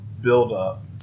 build-up